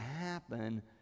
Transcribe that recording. happen